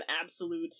absolute